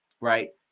Right